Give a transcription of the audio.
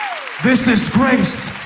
this is grace.